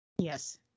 Yes